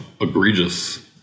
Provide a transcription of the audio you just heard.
egregious